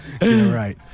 right